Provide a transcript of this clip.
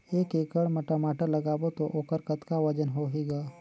एक एकड़ म टमाटर लगाबो तो ओकर कतका वजन होही ग?